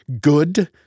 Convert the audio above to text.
Good